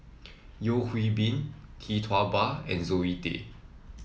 Yeo Hwee Bin Tee Tua Ba and Zoe Tay